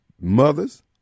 mothers